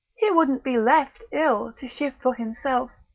he wouldn't be left, ill, to shift for himself.